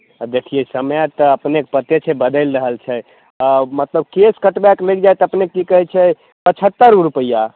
आ देखियै समय तऽ अपनेके पते छै बदैल रहल छै आ मतलब केश कटबैके मिल जाए तऽ अपने की कहै छै पचहत्तरि गो रुपैआ